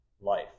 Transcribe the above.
life